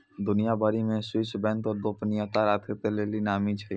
दुनिया भरि मे स्वीश बैंक गोपनीयता राखै के लेली नामी छै